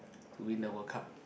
to win the World Cup